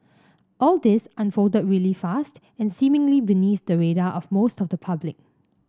all this unfolded really fast and seemingly beneath the radar of most of the public